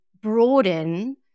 broaden